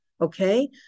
okay